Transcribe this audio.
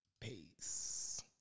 Peace